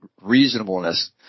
reasonableness